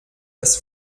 das